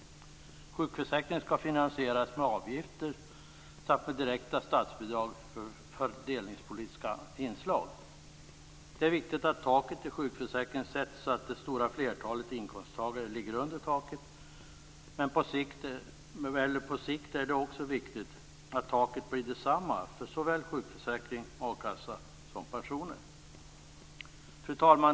Sjukförsäkringen skall finansieras med avgifter samt direkta statsbidrag för fördelningspolitiska inslag. Det är viktigt att taket i sjukförsäkringen sätts så att det stora flertalet inkomsttagare ligger under taket. Men på sikt är det också viktigt att taket blir detsamma för såväl sjukförsäkring, a-kassa som pensioner. Fru talman!